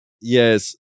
yes